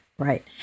Right